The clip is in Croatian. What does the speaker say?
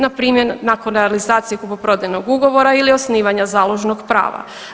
Na primjer nakon realizacije kupoprodajnog ugovora ili osnivanja založnog prava.